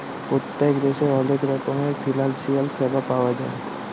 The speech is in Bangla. পত্তেক দ্যাশে অলেক রকমের ফিলালসিয়াল স্যাবা পাউয়া যায়